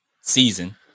season